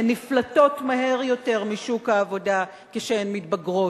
הן נפלטות מהר יותר משוק העבודה כשהן מתבגרות,